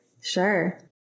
Sure